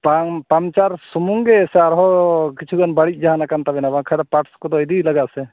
ᱯᱟᱢ ᱯᱟᱢᱪᱟᱨ ᱥᱩᱢᱩᱝ ᱜᱮ ᱥᱮ ᱟᱨᱦᱚᱸ ᱠᱤᱪᱷᱩ ᱜᱟᱱ ᱵᱟᱹᱲᱤᱡ ᱡᱟᱦᱟᱱ ᱟᱠᱟᱱ ᱛᱟᱵᱮᱱᱟ ᱵᱟᱝᱠᱷᱟᱱ ᱫᱚ ᱯᱟᱴᱥ ᱠᱚᱫᱚ ᱤᱫᱤ ᱞᱟᱜᱟᱜ ᱟᱥᱮ